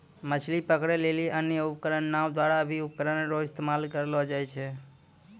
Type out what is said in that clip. मछली पकड़ै लेली अन्य उपकरण नांव द्वारा भी उपकरण रो इस्तेमाल करलो जाय छै